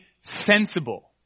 sensible